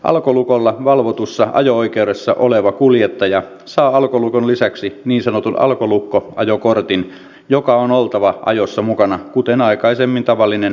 alkolukolla valvotussa ajo oikeudessa oleva kuljettaja saa alkolukon lisäksi niin sanotun alkolukkoajokortin jonka on oltava ajossa mukana kuten aikaisemmin tavallisenkin ajokortin